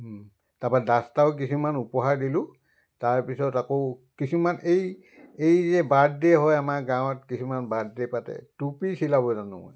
তাৰপৰা দাস্তাৰো কিছুমান উপহাৰ দিলোঁ তাৰপিছত আকৌ কিছুমান এই এই যে বাৰ্থডে' হয় আমাৰ গাঁৱত কিছুমান বাৰ্থডে পাতে টুপি চিলাব জানো মই